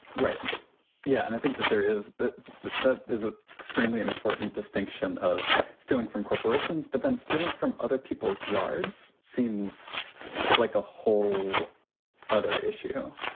right yeah, and i think that there is that but is an ah extremely important distinction of stealing from corporations, but then stealing from other people's yards seems like a whole other issue.